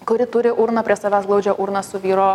kuri turi urną prie savęs glaudžia urną su vyro